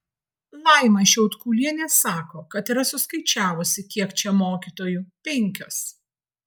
laima šiaudkulienė sako kad yra suskaičiavusi kiek čia mokytojų penkios